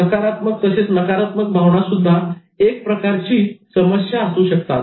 सकारात्मक तसेच नकारात्मक भावना सुद्धा एक प्रकारची समस्या असू शकतात